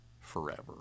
forever